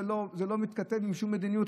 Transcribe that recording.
זה לא מתכתב עם שום מדיניות,